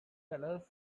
fellas